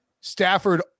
Stafford